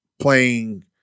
playing